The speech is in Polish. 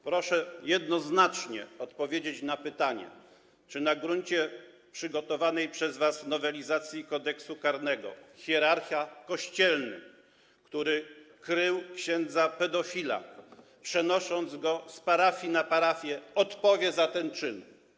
Proszę jednoznacznie odpowiedzieć na pytanie, czy na gruncie przygotowanej przez was nowelizacji Kodeksu karnego hierarcha kościelny, który krył księdza pedofila, przenosząc go z parafii do parafii, odpowie za ten czyn.